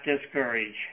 discourage